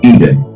Eden